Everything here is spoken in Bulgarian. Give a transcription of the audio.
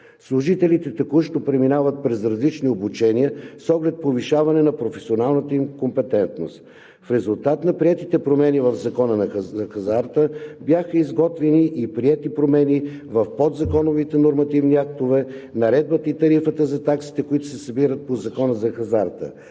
Служителите текущо преминават през различни обучения с оглед повишаване на професионалната им компетентност. В резултат на приетите промени в Закона за хазарта бяха изготвени и приети промени в подзаконовите нормативни актове – наредбите и тарифата за таксите, които се събират по Закона за хазарта.